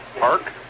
park